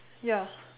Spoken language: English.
ya